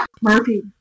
Murphy